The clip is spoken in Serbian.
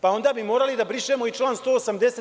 Pa, onda bi morali da brišemo i član 180.